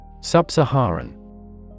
Sub-Saharan